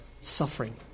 suffering